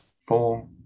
four